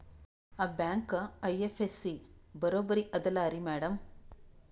ಆ bank IFSC ಬರೊಬರಿ ಅದಲಾರಿ ಮ್ಯಾಡಂ?